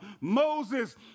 Moses